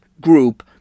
group